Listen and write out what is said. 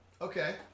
Okay